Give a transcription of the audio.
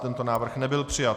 Tento návrh nebyl přijat.